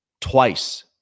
twice